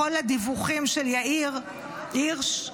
לכל הדיווחים של יאיר הירש.